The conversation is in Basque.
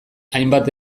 hainbat